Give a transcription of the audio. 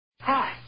hi